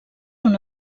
una